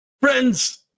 Friends